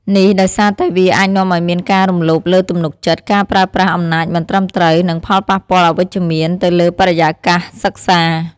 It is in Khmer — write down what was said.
នេះដោយសារតែវាអាចនាំឱ្យមានការរំលោភលើទំនុកចិត្ត ការប្រើប្រាស់អំណាចមិនត្រឹមត្រូវ និងផលប៉ះពាល់អវិជ្ជមានទៅលើបរិយាកាសសិក្សា។